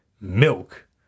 milk